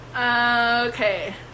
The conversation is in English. Okay